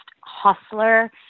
hustler